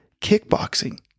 kickboxing